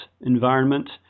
environment